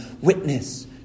witness